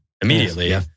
immediately